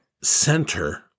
center